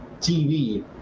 TV